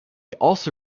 also